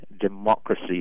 democracy